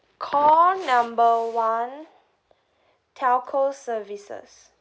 call number one telco services